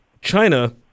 China